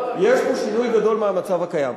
יש פה שינוי גדול מהמצב הקיים.